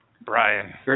Brian